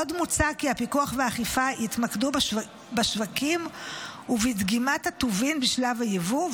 עוד מוצע כי הפיקוח והאכיפה יתמקדו בשווקים ובדגימת הטובין בשלב היבוא,